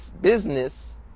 business